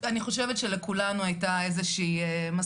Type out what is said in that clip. אני חושבת שלכולנו היתה איזו שהיא,